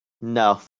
No